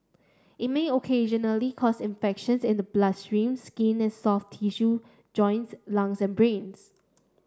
it may occasionally cause infections in the bloodstream skin and soft tissue joints lungs and brains